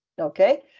Okay